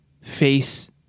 face